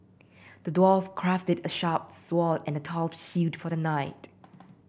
the dwarf crafted a sharp sword and a tough shield for the knight